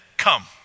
Come